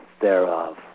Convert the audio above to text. thereof